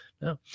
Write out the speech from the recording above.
no